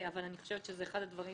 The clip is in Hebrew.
אבל אני חושבת שזה אחד הדברים